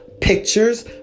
pictures